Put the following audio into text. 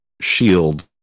shield